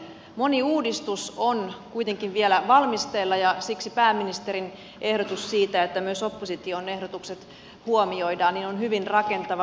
moni uudistus on kuitenkin vielä valmisteilla ja siksi pääministerin ehdotus siitä että myös opposition ehdotukset huomioidaan on hyvin rakentava